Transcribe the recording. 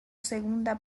segundo